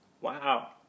Wow